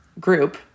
group